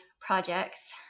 projects